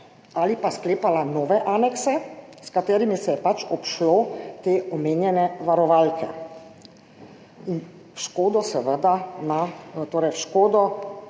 ali pa sklepala nove anekse, s katerimi se je obšlo te omenjene varovalke. V škodo Telekoma, seveda.